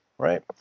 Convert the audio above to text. right